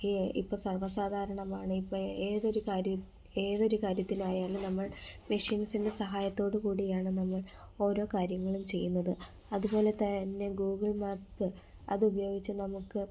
ഇപ്പം സർവ്വസാധാരണമാണ് ഇപ്പം ഏതൊരു ഏതൊരു കാര്യത്തിനായാലും നമ്മൾ മെഷീൻസിൻ്റെ സഹായത്തോടുകൂടിയാണ് നമ്മൾ ഓരോ കാര്യങ്ങളും ചെയ്യുന്നത് അതുപോലെ തന്നെ ഗൂഗിൾ മാപ് അതുപയോഗിച്ച് നമുക്ക്